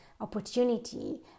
opportunity